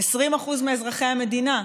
20% מאזרחי המדינה,